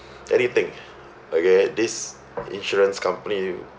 anything okay this insurance company